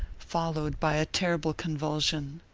followed by a terrible convulsion.